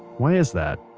why is that?